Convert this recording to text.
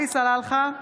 עלי סלאלחה,